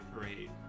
Parade